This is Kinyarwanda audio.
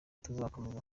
tuzakomeza